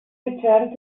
returned